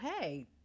hey-